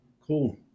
Cool